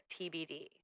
TBD